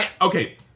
Okay